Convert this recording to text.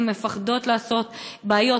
הן פוחדות לעשות בעיות,